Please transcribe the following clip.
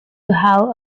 have